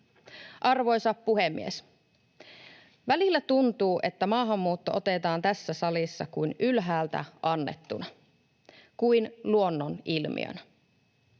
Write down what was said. Arvoisa puhemies! Välillä tuntuu, että maahanmuutto otetaan tässä salissa kuin ylhäältä annettuna, kuin luonnonilmiönä.